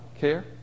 care